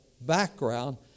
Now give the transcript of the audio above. background